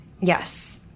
Yes